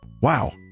Wow